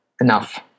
enough